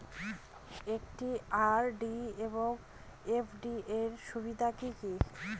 একটি আর.ডি এবং এফ.ডি এর সুবিধা কি কি?